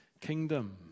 kingdom